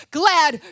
glad